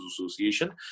Association